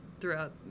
throughout